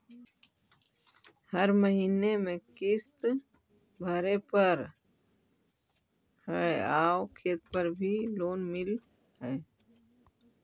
हर महीने में किस्त भरेपरहै आउ खेत पर भी लोन मिल है?